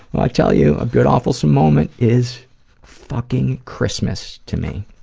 i tell you, a good awfulsome moment is fucking christmas to me.